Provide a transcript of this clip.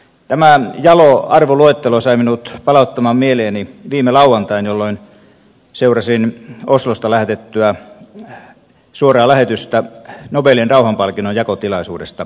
tämä jalo arvoluettelo sai minut palauttamaan mieleeni viime lauantain jolloin seurasin oslosta lähetettyä suoraa lähetystä nobelin rauhanpalkinnon jakotilaisuudesta